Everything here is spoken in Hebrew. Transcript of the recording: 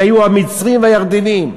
שהיו המצרים והירדנים?